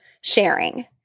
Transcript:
sharing